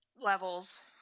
levels